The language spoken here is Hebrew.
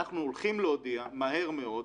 אנחנו הולכים להודיע מהר מאוד,